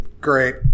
great